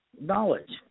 knowledge